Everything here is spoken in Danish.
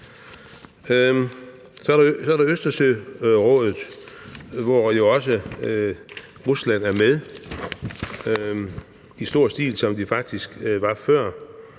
Så er der Østersørådet, hvor jo også Rusland er med i stor stil, som de faktisk var før.